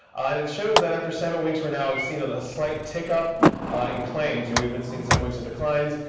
and it shows that after seven weeks, we're now seeing a slight take up in claims. yeah we've been seeing some weeks of declines.